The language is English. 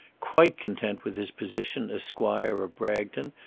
quite content with his position as squire of bragton,